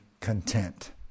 content